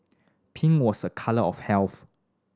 pink was a colour of health